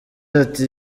ati